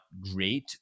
great